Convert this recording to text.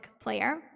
player